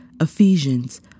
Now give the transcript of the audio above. Ephesians